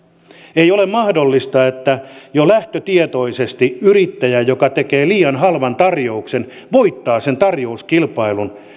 ei ole mahdollista että jo lähtötietoisesti yrittäjä joka tekee liian halvan tarjouksen voittaa sen tarjouskilpailun